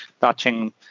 touching